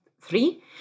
three